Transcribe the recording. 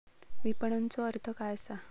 विपणनचो अर्थ काय असा?